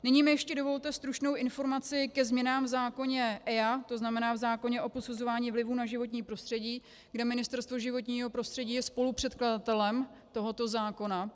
Nyní mi ještě dovolte stručnou informaci ke změnám v zákoně EIA, tzn. v zákoně o posuzování vlivu na životní prostředí, kde Ministerstvo životního prostředí je spolupředkladatelem tohoto zákona.